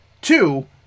Two